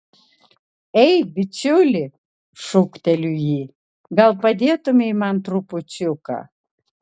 ei bičiuli šūkteliu jį gal padėtumei man trupučiuką